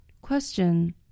Question